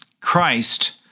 Christ